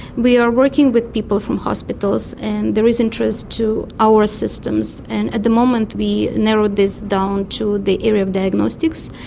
we are working with people from hospitals and there is interest to our systems, and at the moment we narrowed this down to the area of diagnostics,